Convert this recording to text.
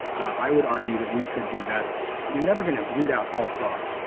i would argue that we could do better. you're never going to root out all fraud,